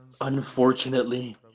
Unfortunately